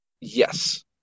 Yes